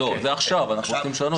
לא, זה עכשיו, אנחנו הולכים לשנות אותו.